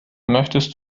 möchtest